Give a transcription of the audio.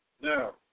Now